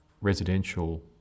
residential